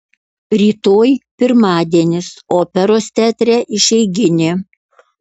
rytoj pirmadienis operos teatre išeiginė